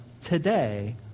today